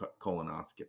colonoscopy